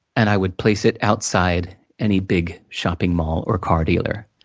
and i would place it outside any big shopping mall, or car dealer.